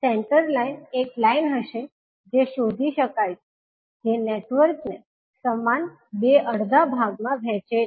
centre line એક line હશે જે શોધી શકાય છે જે નેટવર્કને સમાન બે અડધા ભાગમાં વહેંચે છે